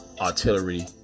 artillery